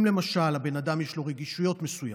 אם, למשל, יש לבן אדם רגישויות מסוימות,